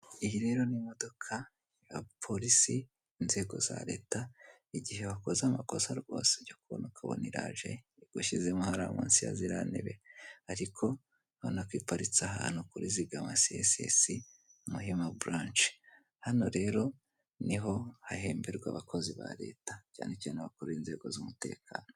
Iyi rero ni imodoka y'abapolisi b'inzego za reta igihe wakoze amakosa rwose urya kubona ukabona iraje igushyize mo hariya munsi ya ziriya ntebe, urabona ko ipatitse kuri sigama sisisi Muhima buranci. Hano rero niho hahemberwa abakozi ba reta cyane cyane abakuriye inzego z'umutekano.